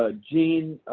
ah gene,